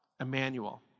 Emmanuel